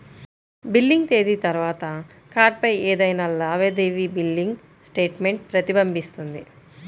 billing తేదీ తర్వాత కార్డ్పై ఏదైనా లావాదేవీ బిల్లింగ్ స్టేట్మెంట్ ప్రతిబింబిస్తుంది